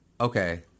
Okay